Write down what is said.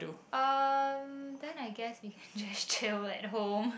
um then I guess we can just chill at home